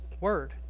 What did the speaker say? word